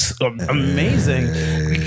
Amazing